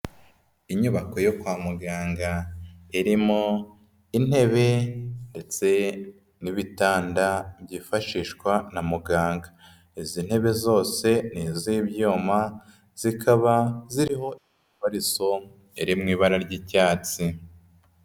Inyubako yo kwa muganga irimo intebe ndetse n'ibitanda byifashishwa na muganga. Izi ntebe zose ni iz'ibyuma zikaba ziriho imifariso iri mu ibara ry'icyatsi.